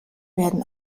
werden